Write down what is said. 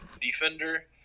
defender –